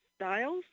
styles